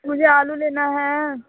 मुझे आलू लेना है